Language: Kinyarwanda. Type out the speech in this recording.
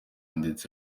ndetse